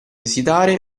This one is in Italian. esitare